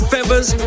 Feathers